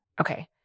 Okay